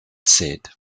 said